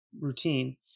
routine